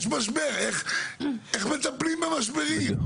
יש משבר, איך מטפלים במשברים?